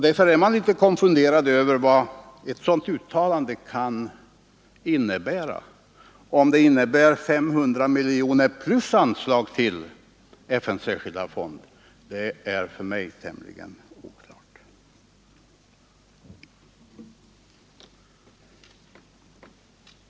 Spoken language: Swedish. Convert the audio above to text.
Därför är jag litet konfunderad över uttalandet och undrar vad det kan innebära. Om det innebär 500 miljoner plus anslag till FN:s särskilda fond är för mig tämligen oklart.